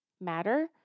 matter